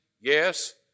Yes